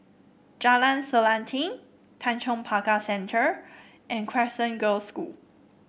Jalan Selanting Tanjong Pagar Center and Crescent Girls' School